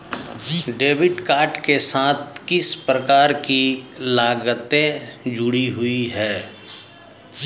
Debit card के साथ किस प्रकार की लागतें जुड़ी हुई हैं?